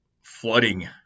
flooding